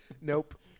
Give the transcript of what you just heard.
nope